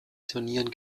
turnieren